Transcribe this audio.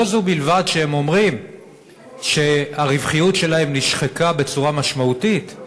לא זו בלבד שהן אומרות שהרווחיות שלהן נשחקה בצורה משמעותית,